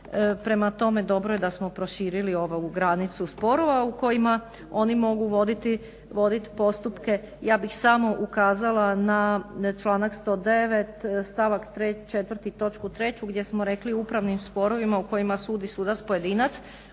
prema tome dobro je da smo proširili ovu granicu sporova u kojima oni mogu voditi postupke. Ja bih samo ukazala na članak 109.stavak 4.točku 3.gdje smo rekli u upravnim sporovima u kojima sudi sudac pojedinac